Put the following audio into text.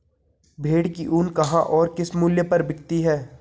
भेड़ की ऊन कहाँ और किस मूल्य पर बिकती है?